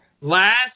Last